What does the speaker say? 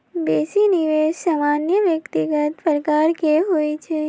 बेशी निवेश सामान्य व्यक्तिगत प्रकार के होइ छइ